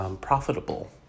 profitable